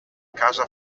casa